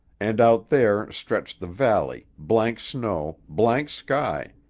and out there stretched the valley, blank snow, blank sky,